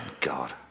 God